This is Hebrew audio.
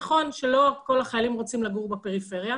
נכון שלא כל החיילים רוצים לגור בפריפריה,